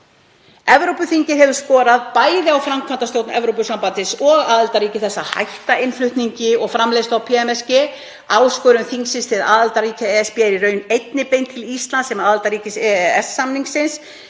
Evrópuþingið hefur skorað á bæði framkvæmdastjórn Evrópusambandsins og aðildarríki þess að hætta innflutningi og framleiðslu á PMSG. Áskorun þingsins til aðildarríkja ESB er í raun einnig beint til Íslands sem aðildarríkis EES-samningsins.